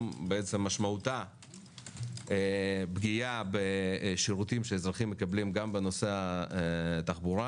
משמעותה פגיעה בשירותים שאזרחים מקבלים בנושא התחבורה